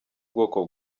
bwoko